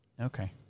Okay